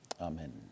Amen